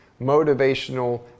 motivational